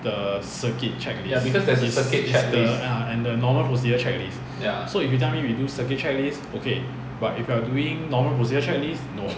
the circuit check list is the ah and the normal procedure checklist so if you tell me we do circuit checklist okay but if you are doing normal procedure checklist no